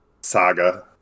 saga